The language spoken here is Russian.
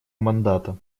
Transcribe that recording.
мандата